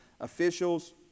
officials